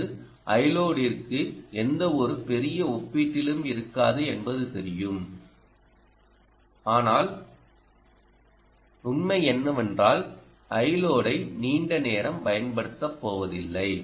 இது iload ற்கு எந்தவொரு பெரிய ஒப்பீட்டிலும் இருக்காது என்பது தெரியும் ஆனால் உண்மை என்னவென்றால் iload ஐ நீண்ட நேரம் பயன்படுத்தப் போவதில்லை